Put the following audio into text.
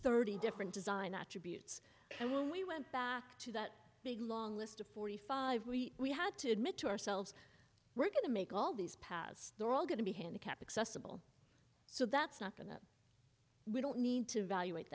thirty different design attributes and when we went back to that big long list of forty five we we had to admit to ourselves we're going to make all these paths they're all going to be handicap accessible so that's not going that we don't need to evalu